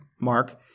Mark